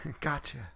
Gotcha